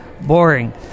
boring